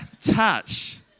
touch